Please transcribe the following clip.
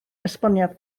esboniad